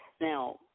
Now